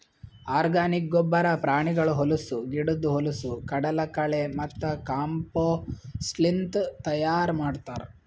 organic ಗೊಬ್ಬರ ಪ್ರಾಣಿಗಳ ಹೊಲಸು, ಗಿಡುದ್ ಹೊಲಸು, ಕಡಲಕಳೆ ಮತ್ತ ಕಾಂಪೋಸ್ಟ್ಲಿಂತ್ ತೈಯಾರ್ ಮಾಡ್ತರ್